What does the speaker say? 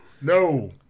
No